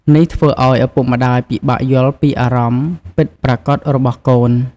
នេះធ្វើឱ្យឪពុកម្ដាយពិបាកយល់ពីអារម្មណ៍ពិតប្រាកដរបស់កូន។